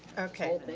okay.